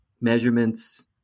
measurements